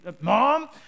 mom